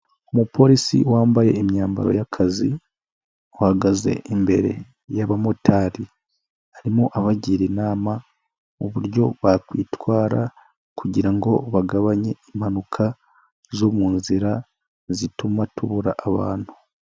Umupolisi wambaye imyambaro y'akazi ahagaze imbere y'abamotari arimo abagira inama mu buryo bakwitwara kugira ngo bagabanye impanuka zo mu nzira zituma tubura abantu.